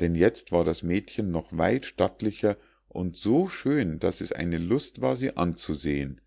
denn jetzt war das mädchen noch weit stattlicher und so schön daß es eine lust war sie anzusehen